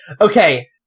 Okay